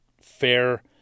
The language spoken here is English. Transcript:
fair